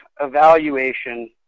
evaluation